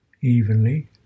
evenly